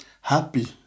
happy